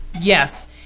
yes